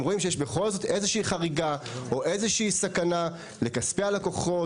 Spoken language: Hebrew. אם רואים שבכל זאת יש איזו שהיא חריגה או סכנה לכספי הלקוחות,